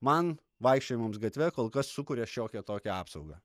man vaikščiojimams gatve kol kas sukuria šiokią tokią apsaugą